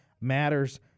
Matters